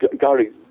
Gary